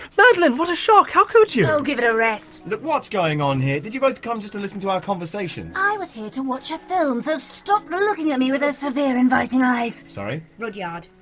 madeleine! what a shock! how could you? oh give it a rest. look, what's going on here? did you both come just to and listen to our conversations? i was here to watch a film! so stop looking at me with those severe, inviting eyes! sorry? rudyard,